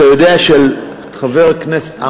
אתה יודע שחבר הכנסת,